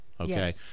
okay